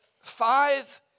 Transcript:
five